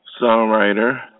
songwriter